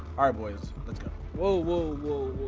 ah boys, let's go. whoa, whoa, whoa,